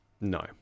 No